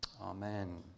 Amen